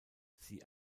sie